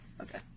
Okay